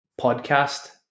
Podcast